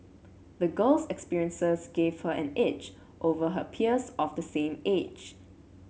the girl's experiences gave her an edge over her peers of the same age